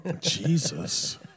Jesus